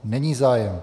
Není zájem.